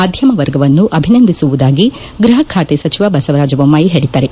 ಮಾಧ್ಯಮ ವರ್ಗವನ್ನು ಅಭಿನಂದಿಸುವುದಾಗಿ ಗೃಪಖಾತೆ ಸಚಿವ ಬಸವರಾಜ್ ಬೊಮ್ಮಾಯಿ ಹೇಳಿದ್ದಾರೆ